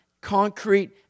concrete